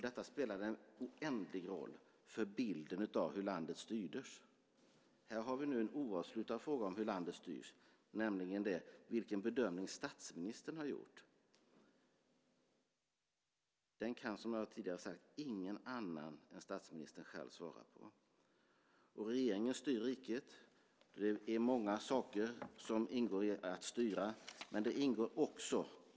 Detta spelade en oändlig roll för bilden av hur landet styrdes. Här har vi nu en oavslutad fråga om hur landet styrs, nämligen den om vilken bedömning statsministern har gjort. Den kan, som jag tidigare har sagt, ingen annan än statsministern själv svara på. Regeringen styr riket. Det är många saker som ingår i att styra.